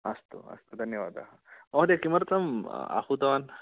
अस्तु अस्तु धन्यवादाः महोदय किमर्थं आहूतवान्